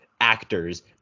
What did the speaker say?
actors